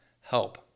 help